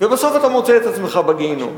ובסוף אתה מוצא את עצמך בגיהינום.